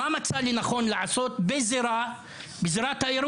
מה מצא לנכון לעשות בזירת האירוע?